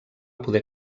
poder